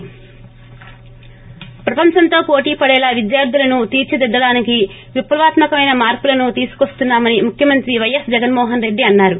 ప్రపంచంతో పోటీ పడేలా విద్యార్గులను తీర్చిదిద్దడానికి విప్లవాత్మ కమైన మార్పులను తీసుకొస్తున్నా మని ముఖ్యమంత్రి పైఎస్ జగన్మోహన్రెడ్డి అన్నారు